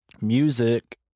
music